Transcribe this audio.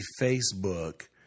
Facebook